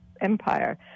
empire